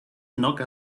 noga